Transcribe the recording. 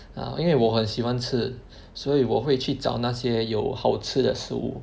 uh 因为我很喜欢吃所以我会去找那些有好吃的食物